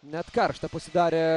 net karšta pasidarė